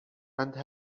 and